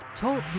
Talk